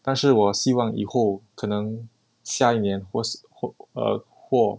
但是我希望以后可能下一年或是或:dann shi wo xi wang yi hou ke neng xia yi nian huo shi huo uh 或